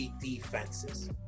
defenses